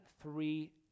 three